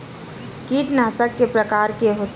कीटनाशक के प्रकार के होथे?